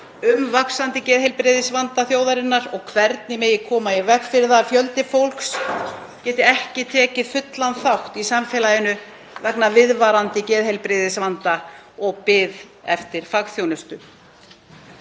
um vaxandi geðheilbrigðisvanda þjóðarinnar og hvernig megi koma í veg fyrir að fjöldi fólks geti ekki tekið fullan þátt í samfélaginu vegna viðvarandi geðheilbrigðisvanda og bið eftir fagþjónustu?